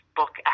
book